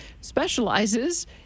specializes